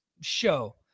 show